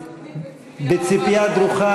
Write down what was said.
אדוני.